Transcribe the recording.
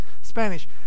Spanish